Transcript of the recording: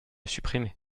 supprimer